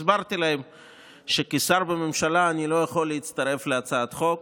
הסברתי להם שכשר בממשלה אני לא יכול להצטרף להצעת חוק,